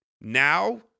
now